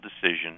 decision